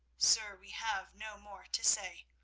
sir, we have no more to say,